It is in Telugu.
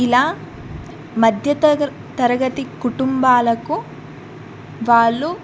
ఇలా మధ్య తరగతి కుటుంబాలకు వాళ్ళు